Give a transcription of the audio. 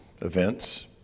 Events